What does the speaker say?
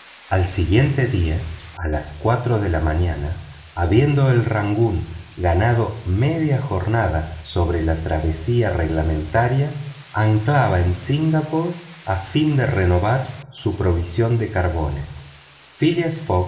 al siguiente día a las cuatro de la mañana habiendo el rangoon ganado media jornada sobre la travesía reglametaria anclaba en singapore a fin de renovar su provisión de carbones phileas